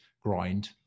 grind